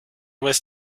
was